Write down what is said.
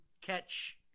catch –